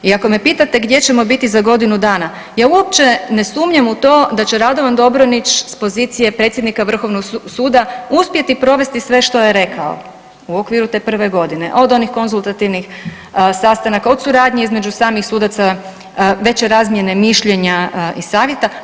I ako me pitate gdje ćemo biti za godinu dana ja uopće ne sumnjam u to da će Radovan Dobronić sa pozicije predsjednika Vrhovnog suda uspjeti provesti sve što je rekao u okviru te prve godine od onih konzultativnih sastanaka, od suradnje između samih sudaca, veće razmjene mišljenja i savjeta.